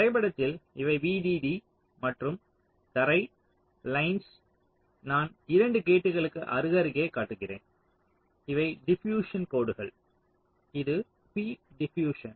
வரைபடத்தில் இவை Vdd மற்றும் தரை லைன்ஸ் நான் 2 கேட்களுக்கு அருகருகே காட்டுகிறேன் இவை டிபியூஸ்சன் கோடுகள் இது p டிபியூஸ்சன்